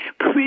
Please